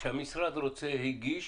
כשהמשרד הגיש,